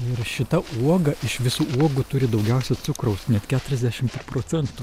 ir šita uoga iš visų uogų turi daugiausia cukraus net keturiasdešimt ir procentų